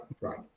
right